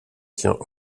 tient